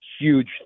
huge